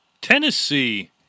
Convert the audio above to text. Tennessee